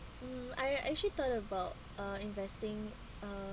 mm I've actually thought about uh investing uh